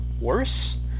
worse